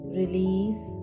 release